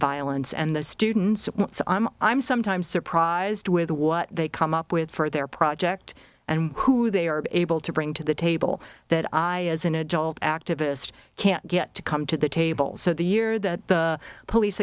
violence and the students i'm sometimes surprised with what they come up with for their project and who they are able to bring to the table that i as an adult activist can't get to come to the table so the year that the police